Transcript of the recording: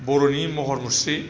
बर'नि महर मुस्रि